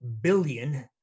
billion